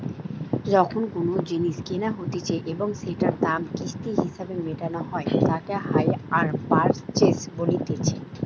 যখন কোনো জিনিস কেনা হতিছে এবং সেটোর দাম কিস্তি হিসেবে মেটানো হই তাকে হাইয়ার পারচেস বলতিছে